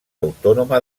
autònoma